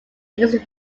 agency